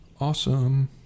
awesome